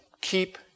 keep